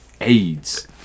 AIDS